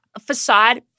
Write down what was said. facade